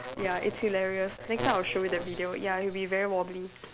ya it's hilarious next time I'll show you the video ya he'll be very wobbly